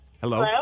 Hello